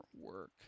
work